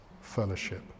fellowship